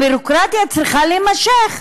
הביורוקרטיה צריכה להימשך,